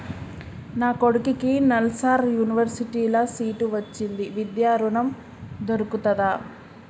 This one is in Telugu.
నా కొడుకుకి నల్సార్ యూనివర్సిటీ ల సీట్ వచ్చింది విద్య ఋణం దొర్కుతదా?